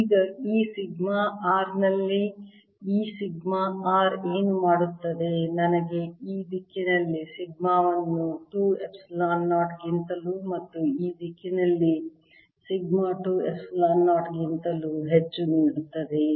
ಈಗ ಈ sigma r ನಲ್ಲಿ ಈ ಸಿಗ್ಮಾ r ಏನು ಮಾಡುತ್ತದೆ ನನಗೆ ಈ ದಿಕ್ಕಿನಲ್ಲಿ ಸಿಗ್ಮಾ ವನ್ನು 2 ಎಪ್ಸಿಲಾನ್ 0 ಗಿಂತಲೂ ಮತ್ತು ಈ ದಿಕ್ಕಿನಲ್ಲಿ ಸಿಗ್ಮಾ 2 ಎಪ್ಸಿಲಾನ್ 0 ಕ್ಕಿಂತಲೂ ಹೆಚ್ಚು ನೀಡುತ್ತದೆ